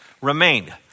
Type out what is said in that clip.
remained